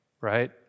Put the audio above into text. right